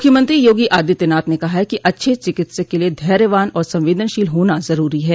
मुख्यमंत्री योगी आदित्यनाथ ने कहा है कि अच्छ चिकित्सक के लिये धैर्यवान और संवेदनशील होना जरूरी है